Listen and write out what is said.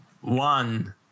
One